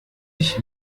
ich